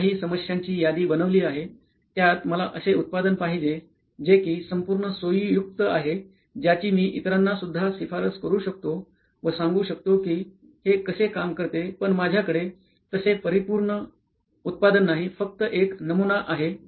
मी जी काही समस्यांची यादी बनवली आहे त्यात मला असे उत्पादन पाहिजे जे कि संपूर्ण सोईंयुक्त आहे ज्याची मी इतरांना सुद्धा शिफारस करू शकतो व सांगू शकतो कि हे कसे काम करते पण माझ्याकडे तसे परिपूर्ण उत्पादन नाही फक्त एक नमुना आहे